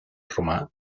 romà